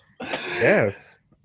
yes